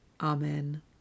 Amen